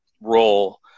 role